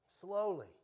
Slowly